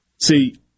See